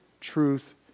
truth